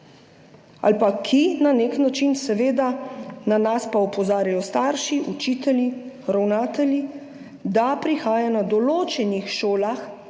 nas na nek način seveda opozarjajo starši, učitelji, ravnatelji, da prihaja na določenih šolah,